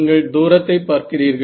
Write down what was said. நீங்கள் தூரத்தை பார்க்கிறீர்கள்